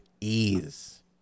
ease